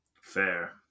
fair